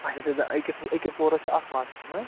آچھا آچھا دَپ أکِس أکِس پورَس چھُ اَکھ واش روٗم